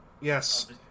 Yes